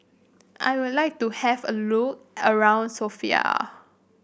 I would like to have a look around Sofia